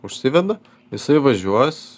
užsiveda jisai važiuos